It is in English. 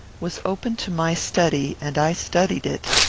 was open to my study, and i studied it.